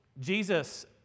Jesus